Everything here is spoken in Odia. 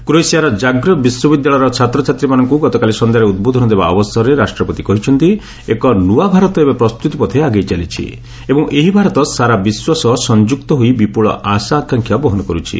କ୍ରୋଏସିଆର ଜାଗ୍ରେବ୍ ବିଶ୍ୱବିଦ୍ୟାଳୟର ଛାତ୍ରଛାତ୍ରୀମାନଙ୍କୁ ଗତକାଲି ସନ୍ଧ୍ୟାରେ ଉଦ୍ବୋଧନ ଦେବା ଅବସରରେ ରାଷ୍ଟ୍ରପତି କହିଛନ୍ତି ଏକ ନୂଆ ଭାରତ ଏବେ ପ୍ରସ୍ତୁତି ପଥେ ଆଗେଇ ଚାଲିଛି ଏବଂ ଏହି ଭାରତ ସାରା ବିଶ୍ୱ ସହ ସଂଯୁକ୍ତ ହୋଇ ବିପୁଳ ଆଶା ଆକାଂକ୍ଷା ବହନ କରୁଛି